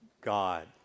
God